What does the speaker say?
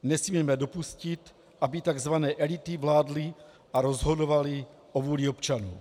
Nesmíme dopustit, aby takzvané elity vládly a rozhodovaly o vůli občanů.